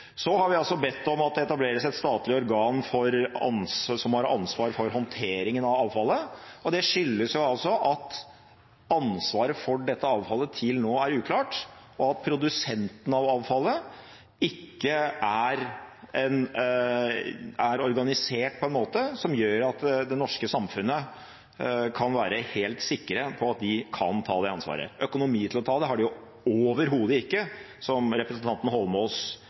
Så har vi bedt om at det etableres et statlig organ som har ansvar for håndteringen av avfallet, og det skyldes at ansvaret for dette avfallet til nå er uklart, og at produsenten av avfallet ikke er organisert på en måte som gjør at det norske samfunnet kan være helt sikker på at de kan ta det ansvaret. Økonomi til å ta det har de overhodet ikke. Som representanten Eidsvoll Holmås